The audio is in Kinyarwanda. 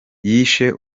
yishe